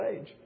age